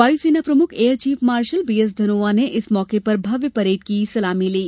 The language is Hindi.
वायु सेना प्रमुख air chief marshal B S Dhanoa ने इस मौके पर भव्य परेड की सलामी ली